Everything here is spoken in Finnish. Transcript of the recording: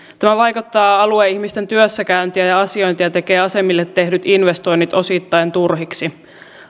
tämä vaikeuttaa alueen ihmisten työssäkäyntiä ja ja asiointia ja tekee asemille tehdyt investoinnit osittain turhiksi